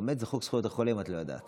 החמץ זה חוק זכויות החולה, אם לא ידעת.